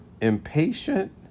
impatient